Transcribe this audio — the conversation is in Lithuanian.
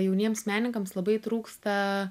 jauniems menininkams labai trūksta